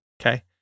Okay